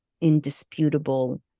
indisputable